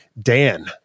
Dan